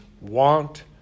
want